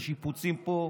השיפוצים פה,